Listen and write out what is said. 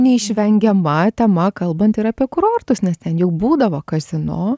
neišvengiama tema kalbant ir apie kurortus ten jau būdavo kazino